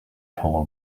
tall